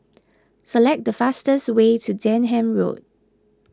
select the fastest way to Denham Road